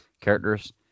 characters